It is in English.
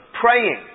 praying